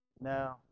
No